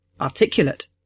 articulate